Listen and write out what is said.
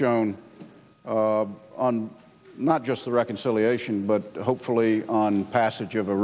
shown on not just the reconciliation but hopefully on passage of a